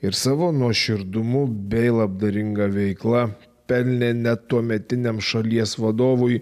ir savo nuoširdumu bei labdaringa veikla pelnė net tuometiniam šalies vadovui